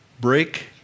Break